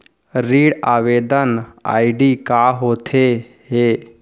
ऋण आवेदन आई.डी का होत हे?